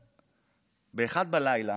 ב-01:00,